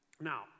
Now